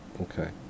Okay